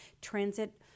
transit